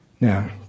now